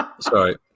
Sorry